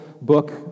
book